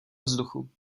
vzduchu